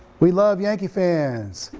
we love yankee fans,